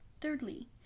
thirdly